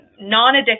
non-addictive